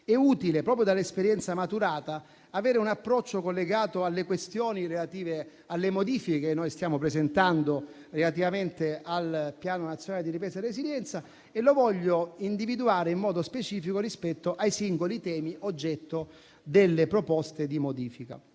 è utile proprio dall'esperienza maturata avere un approccio collegato alle questioni relative alle modifiche che noi stiamo presentando relativamente al Piano nazionale di ripresa e resilienza e lo voglio individuare in modo specifico rispetto ai singoli temi oggetto delle proposte di modifica,